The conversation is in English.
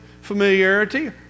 familiarity